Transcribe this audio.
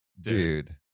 Dude